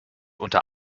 unter